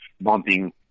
bumping